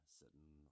sitting